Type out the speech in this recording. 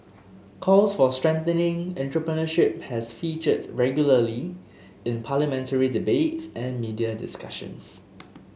calls for strengthening entrepreneurship has featured regularly in parliamentary debates and media discussions